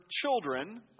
children